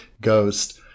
ghost